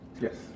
Yes